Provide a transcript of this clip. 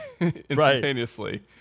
instantaneously